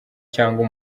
cyangwa